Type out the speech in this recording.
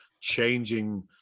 changing